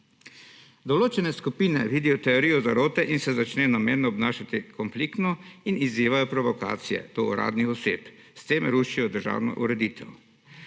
Določene skupine vidijo teorijo zarote in se začnejo namerno obnašati konfliktno in izzivajo provokacije uradnih oseb. S tem rušijo državno ureditev.